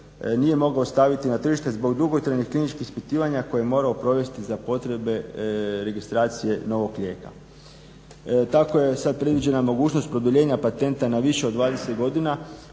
nije mogao staviti na tržište zbog dugotrajnih kliničkih ispitivanja koje je morao provesti za potrebe registracije novog lijeka. Tako je sad predviđena mogućnost produljenja patenta na više od 20 godina